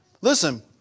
Listen